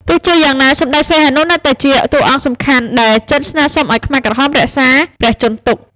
ទោះជាយ៉ាងណា សម្តេចសីហនុនៅតែជាតួអង្គសំខាន់ដែលចិនស្នើសុំឱ្យខ្មែរក្រហមរក្សាព្រះជន្មទុក។